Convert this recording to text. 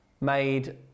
made